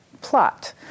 plot